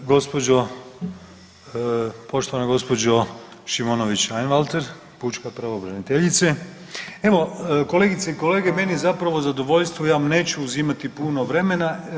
Gospođo, poštovana gospođo Šimonović Einwalter pučka pravobraniteljice, evo kolegice i kolege meni je zapravo zadovoljstvo, ja vam neću uzimati puno vremena.